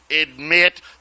admit